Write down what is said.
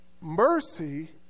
Mercy